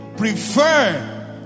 Prefer